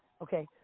Okay